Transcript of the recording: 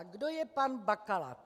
Kdo je pan Bakala?